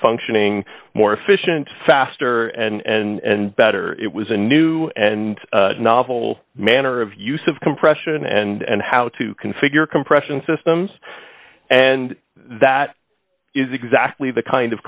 functioning more efficient faster and better it was a new and novel manner of use of compression and how to configure compression systems and that is exactly the kind of